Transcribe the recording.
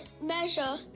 measure